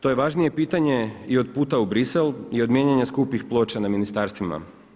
To je važnije pitanje i od puta u Bruxelles i od mijenjanja skupih ploča na ministarstvima.